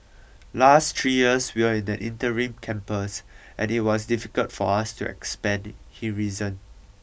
last three years we were in an interim campus and it was difficult for us to expand he reasoned